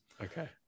Okay